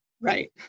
right